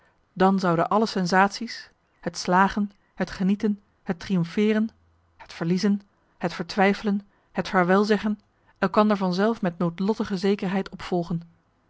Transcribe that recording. dan zouden alle sensatie's het slagen het genieten het triomfeeren het verliezen het vertwijfelen het vaarwel zeggen elkander van zelf met noodlottige zekerheid opvolgen